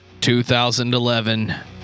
2011